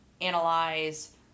analyze